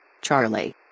Charlie